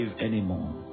anymore